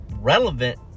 relevant